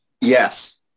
Yes